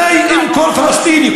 הרי אם כל פלסטיני,